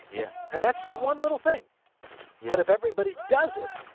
yeah and that's just one little thing yeah but if everybody does it,